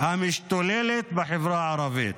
המשתוללת בחברה הערבית.